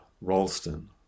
Ralston